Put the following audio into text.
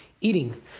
eating